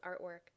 artwork